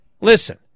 Listen